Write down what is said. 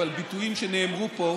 אבל הביטויים שנאמרו פה,